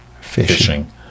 fishing